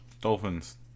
Dolphins